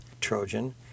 Trojan